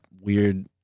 weird